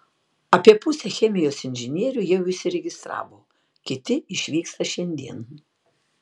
apie pusę chemijos inžinierių jau išsiregistravo kiti išvyksta šiandien